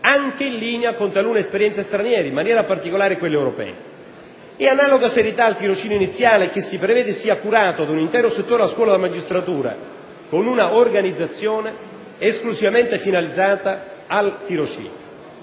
anche in linea con talune esperienze straniere, in maniera particolare quelle europee; e analoga serietà al tirocinio iniziale, che si prevede sia curato da un intero settore della scuola della magistratura, con una organizzazione esclusivamente finalizzata al tirocinio.